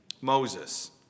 Moses